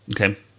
Okay